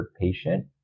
patient